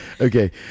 Okay